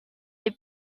est